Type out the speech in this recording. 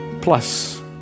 plus